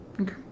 Okay